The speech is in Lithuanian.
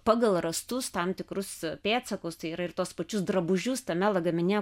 pagal rastus tam tikrus pėdsakus tai yra ir tuos pačius drabužius tame lagamine